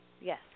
Yes